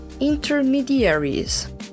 intermediaries